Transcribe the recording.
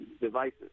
devices